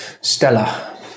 Stella